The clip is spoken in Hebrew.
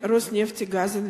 "רוסנפטגזאינווסט".